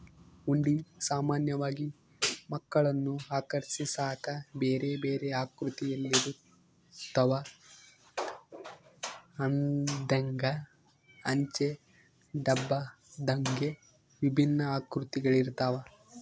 ಹುಂಡಿ ಸಾಮಾನ್ಯವಾಗಿ ಮಕ್ಕಳನ್ನು ಆಕರ್ಷಿಸಾಕ ಬೇರೆಬೇರೆ ಆಕೃತಿಯಲ್ಲಿರುತ್ತವ, ಹಂದೆಂಗ, ಅಂಚೆ ಡಬ್ಬದಂಗೆ ವಿಭಿನ್ನ ಆಕೃತಿಗಳಿರ್ತವ